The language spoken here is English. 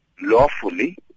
lawfully